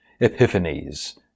epiphanies